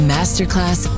Masterclass